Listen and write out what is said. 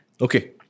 Okay